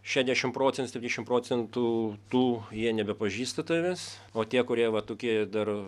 šešiasdešimt procentų septyniasdešimt procentų tų jie nebepažįsta tavęs o tie kurie va tokie dar